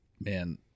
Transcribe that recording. man